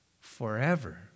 forever